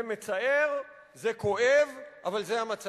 זה מצער, זה כואב, אבל זה המצב.